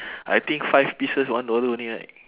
I think five pieces one dollar only right